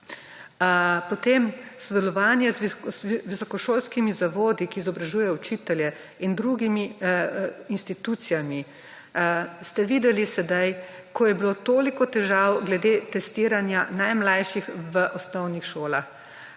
Potem, sodelovanje z visokošolskimi zavodi, ki izobražujejo učitelje in drugimi institucijami. Ste videli sedaj, ko je bilo toliko težav glede testiranja najmlajših v osnovnih šolah.